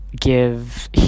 give